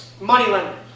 moneylender